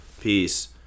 Peace